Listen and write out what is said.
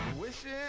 Wishing